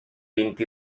vint